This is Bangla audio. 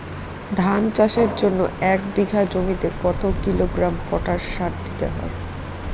ধান চাষের জন্য এক বিঘা জমিতে কতো কিলোগ্রাম পটাশ সার দিতে হয়?